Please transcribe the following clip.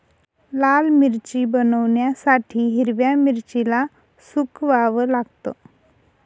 लाल मिरची बनवण्यासाठी हिरव्या मिरचीला सुकवाव लागतं